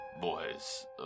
Boys